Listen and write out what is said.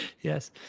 Yes